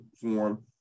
form